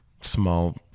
small